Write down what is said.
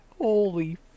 Holy